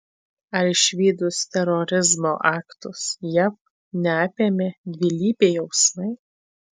ar išvydus terorizmo aktus jav neapėmė dvilypiai jausmai